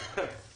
11:43.